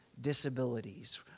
disabilities